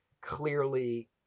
clearly